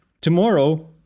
Tomorrow